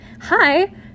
hi